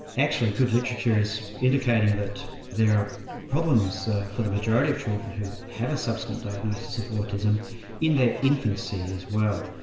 actually, good literature is indicating that there are problems for the majority of children who have a subsequent diagnosis of autism in their infancy as well,